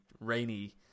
rainy